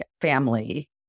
family